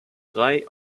drei